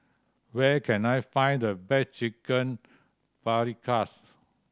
where can I find the best Chicken Paprikas